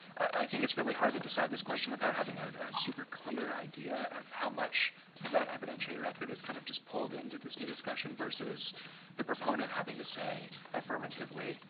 i think it's really hard to decide this question without having a super clear idea of how much of that evidentiary record is kind of just pulled into this new discussion versus the proponent having to say affirmatively,